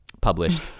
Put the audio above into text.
published